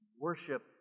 Worship